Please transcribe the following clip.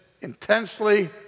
intensely